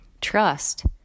Trust